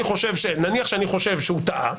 נניח שאני חושב שהוא טעה?